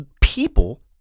people